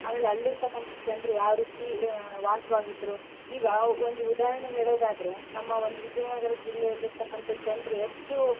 ಆಮೇಲೆ ಅಲ್ಲಿರ್ತಕ್ಕಂಥ ಜನರು ಯಾವ ರೀತಿ ವಾಸ್ವಾಗಿದ್ದರು ಈಗ ಒಂದು ಉದಾಹರ್ಣೆ ಹೇಳೋದಾದರೆ ನಮ್ಮ ಒಂದು ವಿಜಯನಗರ ಜಿಲ್ಲೆಯಲ್ಲಿಇರ್ತಕ್ಕಂಥ ಜನ್ರು ಎಷ್ಟು